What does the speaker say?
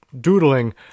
doodling